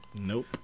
Nope